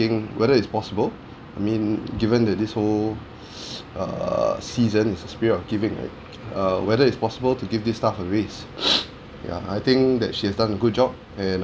~ing whether it's possible I mean given that this whole err season is in the spirit of giving right err whether it's possible to give this staff a raise ya I think that she has done a good job and